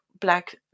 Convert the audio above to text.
black